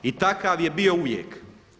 I takav je bio uvijek.